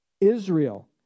Israel